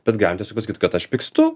bet galima tiesiog pasakyt kad aš pykstu